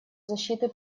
защиты